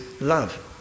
love